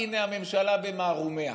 הינה הממשלה במערומיה.